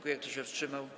Kto się wstrzymał?